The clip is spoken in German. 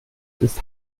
ist